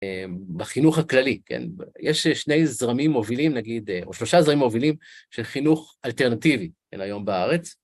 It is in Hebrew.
בחינוך הכללי, יש שני זרמים מובילים נגיד, או שלושה זרמים מובילים של חינוך אלטרנטיבי היום בארץ.